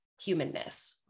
humanness